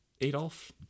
Adolf